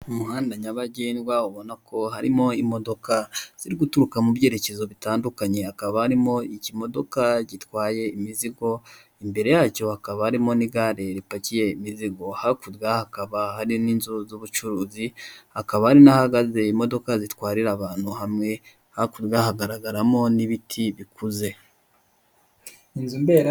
Umuhanda nyabagendwa ubona ko harimo imodoka ziri guturuka mu byerekezo bitandukanye, akaba harimo ikimodoka gitwaye imizigo, imbere yacyo hakaba harimo n'igare ripakiye imizigo. Hakurya hakaba hari n'inzu z'ubucuruzi, hakaba hari nahagaze imodoka zitwarira abantu hamwe, hakurya hagaragaramo n'ibiti bikuze. Inzu mbera.